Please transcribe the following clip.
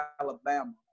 Alabama